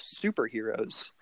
superheroes